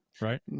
Right